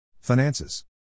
Finances